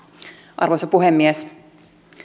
arvoisa puhemies